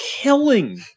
killing